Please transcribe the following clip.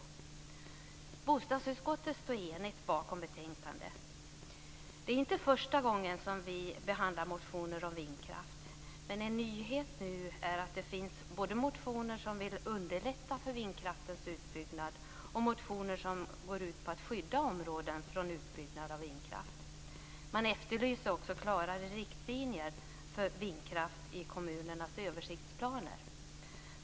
Ett enigt bostadsutskott står bakom betänkandet. Det är inte första gången som vi behandlar motioner om vindkraft. En nyhet nu är att det finns både motioner där man vill underlätta för vindkraftens utbyggnad och motioner som går ut på att skydda områden från utbyggnad av vindkraft. Man efterlyser också klarare riktlinjer för vindkraft i kommunernas översiktsplaner.